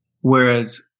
Whereas